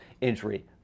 injury